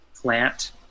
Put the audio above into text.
plant